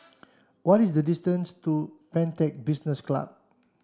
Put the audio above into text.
what is the distance to Pantech Business club